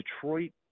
Detroit